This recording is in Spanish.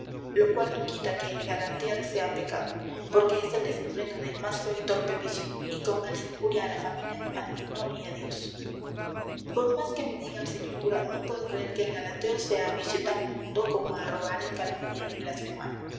lo cual no quita que el galantear sea pecado porque es el desenfreno del más feo y torpe vicio y con él se injuria a la familia al mundo y a dios por más que me diga el señor cura no puedo creer que el galanteo sea vicio tan inmundo como el robar el calumniar y blasfemar